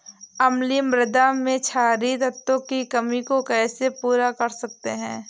अम्लीय मृदा में क्षारीए तत्वों की कमी को कैसे पूरा कर सकते हैं?